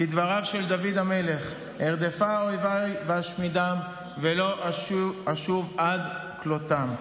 כדבריו של דוד המלך: "ארדפה אויבַי ואשמידֵם ולא אשוב עד כַּלותם".